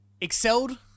excelled